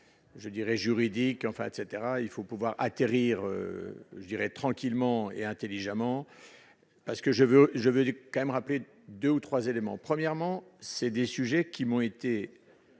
je dirais juridiques, enfin etc, il faut pouvoir atterrir je dirais tranquillement et intelligemment parce que je veux, je veux dire quand même rappeler 2 ou 3 éléments : premièrement, c'est des sujets qui m'ont été